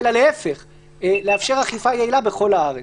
אלא להפך לאפשר אכיפה יעילה בכל הארץ.